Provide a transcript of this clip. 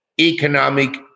economic